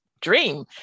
dream